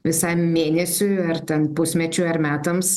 visam mėnesiui ar ten pusmečiui ar metams